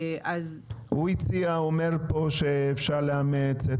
הוא הציע, הוא אומר פה שאפשר לאמץ.